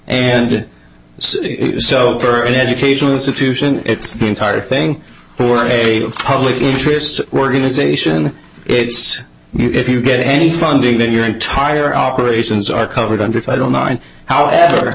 and so for an educational institution it's the entire thing for a public interest organization it's if you get any funding that your entire operations are covered under if i don't mind however